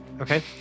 Okay